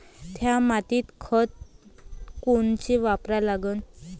थ्या मातीत खतं कोनचे वापरा लागन?